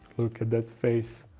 look at that face